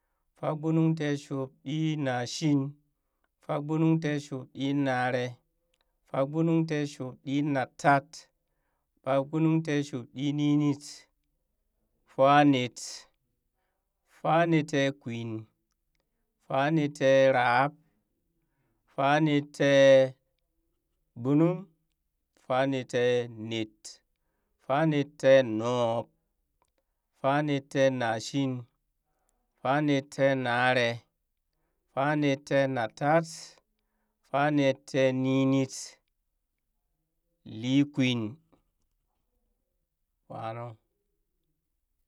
Fagbonungteshubɗinashin, fagbonungteshubɗinare, fagbonunteshubɗinatat, fagbonungteshubɗinenit, fanet, fanettekwin, fanetterab, fanettegbonung, fanettenet, fanettenub, fanettenashin, fanattenaree, fanettenatat, fanetteninit, leekwin, faanuu.